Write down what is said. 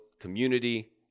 community